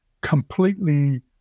completely